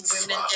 women